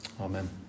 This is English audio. Amen